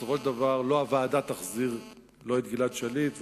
בסופו של דבר לא הוועדה תחזיר את גלעד שליט,